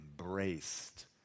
embraced